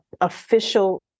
official